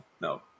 no